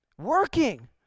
Working